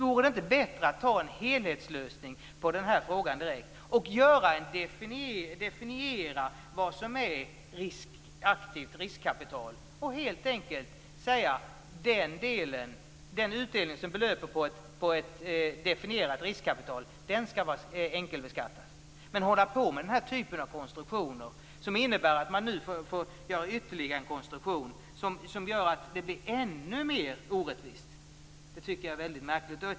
Vore det inte bättre att ta fram en helhetslösning i den här frågan direkt och definiera vad som är aktivt riskkapital? Vore det inte bättre att säga att den utdelning som hör till ett definierat riskkapital skall vara enkelbeskattad? Den här typen av konstruktioner innebär att man nu får göra ytterligare en konstruktion som gör att det blir ännu mer orättvist. Jag tycker att det är väldigt märkligt.